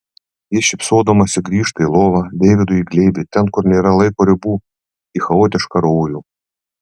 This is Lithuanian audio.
ji šypsodamasi grįžta į lovą deividui į glėbį ten kur nėra laiko ribų į chaotišką rojų